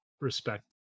respect